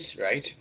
right